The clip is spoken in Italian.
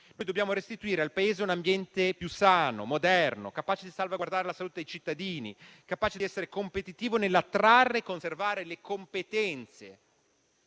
Dobbiamo restituire al Paese un ambiente più sano, moderno, capace di salvaguardare la salute dei cittadini, capace di essere competitivo nell'attrarre e conservare le competenze.